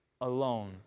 Alone